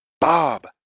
Bob